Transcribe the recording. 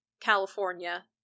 California